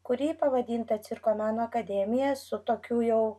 kuri pavadinta cirko meno akademija su tokiu jau